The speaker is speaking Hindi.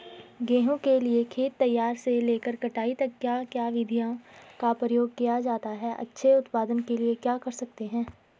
गेहूँ के लिए खेत तैयार से लेकर कटाई तक क्या क्या विधियों का प्रयोग किया जाता है अच्छे उत्पादन के लिए क्या कर सकते हैं?